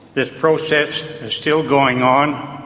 this process is still going on,